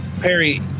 Perry